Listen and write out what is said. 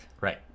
Right